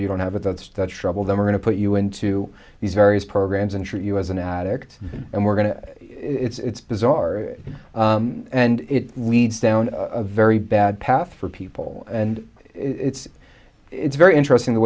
or you don't have it that's the trouble then we're going to put you into these various programs and treat you as an addict and we're going to him it's bizarre and it leads down a very bad path for people and it's it's very interesting the